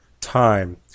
time